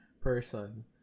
person